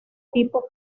tipo